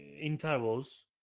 intervals